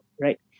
right